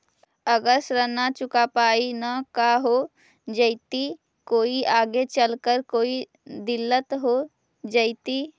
अगर ऋण न चुका पाई न का हो जयती, कोई आगे चलकर कोई दिलत हो जयती?